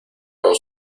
con